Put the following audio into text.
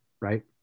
right